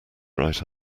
right